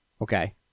Okay